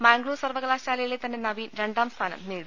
മാംഗ്ലൂർ സർവ്വകലാശാലയിലെ തന്നെ നവീൻ രണ്ടാം സ്ഥാനം നേടി